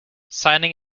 signing